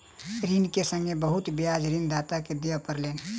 ऋण के संगै बहुत ब्याज ऋणदाता के दिअ पड़लैन